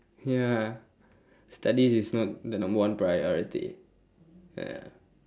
ya studies is not the number one priority ya